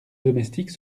domestique